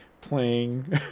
playing